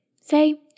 Say